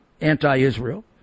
anti-Israel